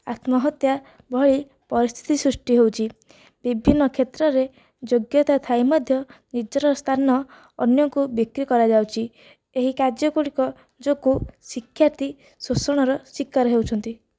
ଆତ୍ମହତ୍ୟା ଭଳି ପରିସ୍ଥିତି ସୃଷ୍ଟି ହେଉଛି ବିଭିନ୍ନ କ୍ଷେତ୍ରରେ ଯୋଗ୍ୟତା ଥାଇ ମଧ୍ୟ ନିଜର ସ୍ଥାନ ଅନ୍ୟକୁ ବିକ୍ରି କରାଯାଉଛି ଏହି କାର୍ଯ୍ୟ ଗୁଡ଼ିକ ଯୋଗୁ ଶିକ୍ଷାର୍ଥୀ ଶୋଷଣର ଶିକାର ହେଉଛନ୍ତି